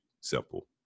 simple